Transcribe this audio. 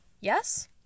Yes